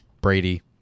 Brady